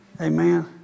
Amen